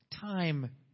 Time